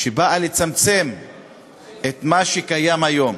שבאה לצמצם את מה שקיים היום